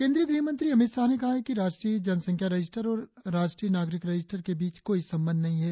केंद्रीय गृहमंत्री अमित शाह ने कहा कि राष्ट्रीय जनसंख्या रजिस्टर और राष्ट्रीय नागरिक रजिस्टर के बीच कोई संबंध नहीं है